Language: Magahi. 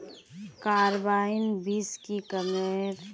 कार्बाइन बीस की कमेर?